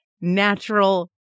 natural